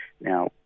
Now